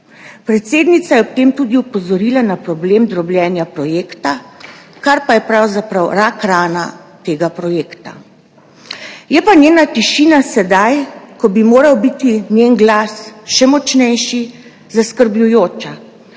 Predsednica je ob tem tudi opozorila na problem drobljenja projekta, kar pa je pravzaprav rak rana tega projekta. Je pa njena tišina sedaj, ko bi moral biti njen glas še močnejši, zaskrbljujoča.